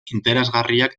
interesgarriak